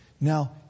Now